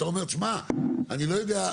אתה אומר תשמע, אני לא יודע,